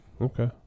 Okay